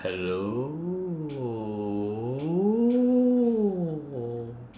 hello